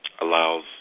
allows